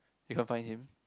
you can't find him